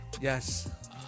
Yes